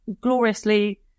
gloriously